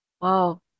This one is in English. Wow